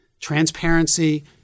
Transparency